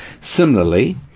similarly